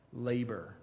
Labor